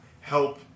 help